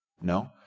No